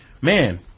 man